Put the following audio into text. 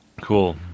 Cool